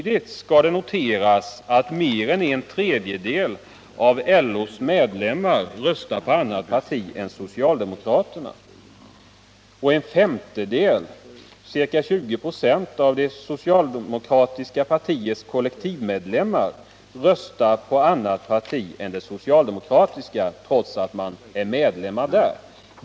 Det skall också noteras att mer än en tredjedel av LO:s medlemmar röstar på ett annat parti än det socialdemokratiska och att en femtedel, ca 20 96, av det socialdemokratiska partiets kollektivanslutna medlemmar röstar på annat parti än det socialdemokratiska, trots att de är medlemmar där.